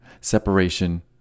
separation